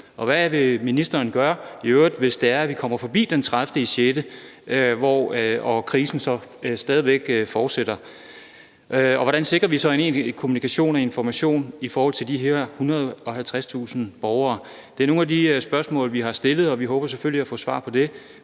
Hvad vil ministeren gøre i øvrigt, når vi kommer forbi den 30. juni, hvis krisen stadig væk fortsætter? Hvordan sikrer vi kommunikation og information i forhold til de her 150.000 borgere? Det er nogle af de spørgsmål, vi har stillet, og vi håber selvfølgelig at få svar på det.